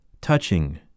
touching